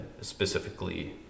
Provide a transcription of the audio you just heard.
specifically